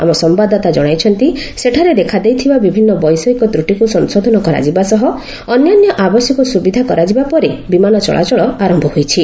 ଆମ ସମ୍ଭାଦଦାତା ଜଣାଇଛନ୍ତି ସେଠାରେ ଦେଖାଦେଇଥିବା ବିଭିନ୍ନ ବୈଷୟିକ ତ୍ରୁଟିକୁ ସଂଶୋଧନ କରାଯିବା ସହ ଅନ୍ୟାନ୍ୟ ଆବଶ୍ୟକ ସୁବିଧା କରାଯିବା ପରେ ବିମାନ ଚଳାଚଳ ଆରମ୍ଭ ହୋଇଛି